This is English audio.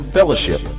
Fellowship